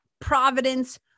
providence